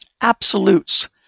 absolutes